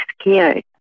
scared